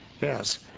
Yes